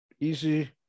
easy